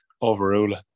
overrule